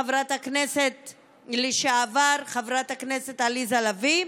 חברת הכנסת לשעבר עליזה לביא.